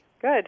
Good